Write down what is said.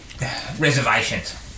reservations